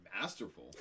masterful